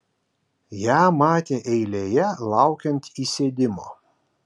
ją matė eilėje laukiant įsėdimo